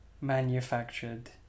manufactured